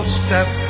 step